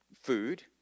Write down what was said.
food